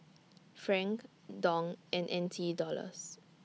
Franc Dong and N T Dollars